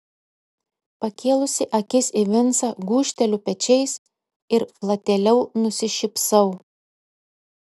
pakėlusi akis į vincą gūžteliu pečiais ir platėliau nusišypsau